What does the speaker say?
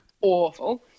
awful